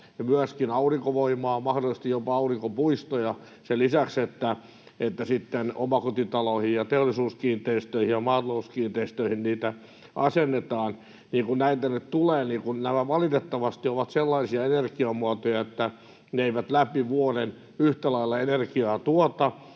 ja myöskin aurinkovoimaa — mahdollisesti jopa aurinkopuistoja sen lisäksi, että omakotitaloihin ja teollisuuskiinteistöihin ja maatalouskiinteistöihin niitä asennetaan — niin nämä valitettavasti ovat sellaisia energiamuotoja, että me tarvitaan säätövoimaa, sillä ne eivät tuota